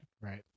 Right